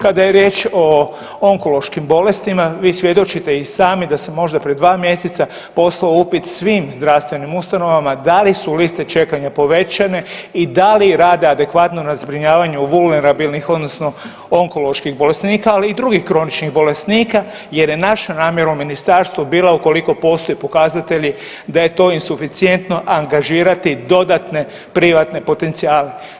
Kada je riječ o onkološkim bolestima vi svjedočite i sami da sam možda pre dva mjeseca poslao upit svim zdravstvenim ustanovama da li su liste čekanja povećane i da li rade adekvatno na zbrinjavanju vulnerabilnih odnosno onkoloških bolesnika, ali i drugih kroničnih bolesnika jer je naša namjera u ministarstvu bila ukoliko postoje pokazatelji da je to insuficijentno angažirati dodatne privatne potencijale.